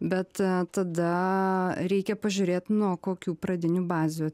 bet tada reikia pažiūrėt nuo kokių pradinių bazių